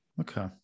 Okay